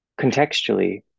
Contextually